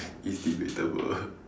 it's debatable